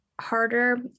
harder